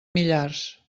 millars